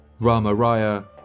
Ramaraya